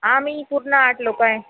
आम्ही पूर्ण आठ लोक आहे